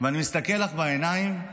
ואני מסתכל לך בעיניים,